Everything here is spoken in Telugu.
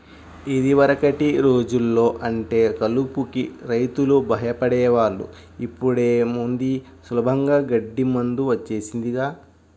యిదివరకటి రోజుల్లో అంటే కలుపుకి రైతులు భయపడే వాళ్ళు, ఇప్పుడేముంది సులభంగా గడ్డి మందు వచ్చేసిందిగా